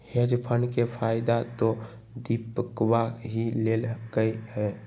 hedge fund के फायदा तो दीपकवा ही लेल कई है